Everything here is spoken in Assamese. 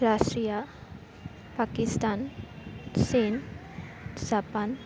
ৰাছিয়া পাকিস্তান চীন জাপান